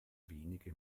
wenige